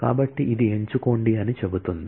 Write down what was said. కాబట్టి ఇది ఎంచుకోండి అని చెపుతుంది